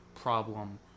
problem